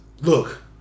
look